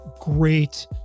great